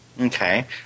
Okay